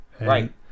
Right